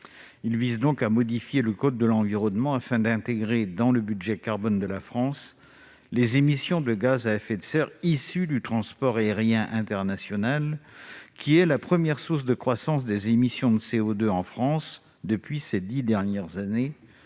climat, à modifier le code de l'environnement afin d'intégrer dans le budget carbone de la France les émissions de gaz à effet de serre issues du transport aérien international. Le secteur aérien est la première source de croissance des émissions de CO2 en France ces dix dernières années,